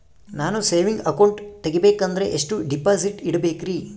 ನಾನು saving account ತೆಗಿಬೇಕಂದರ ಎಷ್ಟು ಡಿಪಾಸಿಟ್ ಇಡಬೇಕ್ರಿ?